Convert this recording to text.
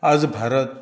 आयज भारत